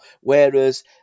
whereas